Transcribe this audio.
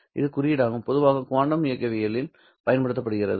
இது குறியீடாகும் பொதுவாக குவாண்டம் இயக்கவியலில் பயன்படுத்தப்படுகிறது